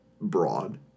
broad